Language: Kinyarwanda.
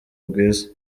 bwiza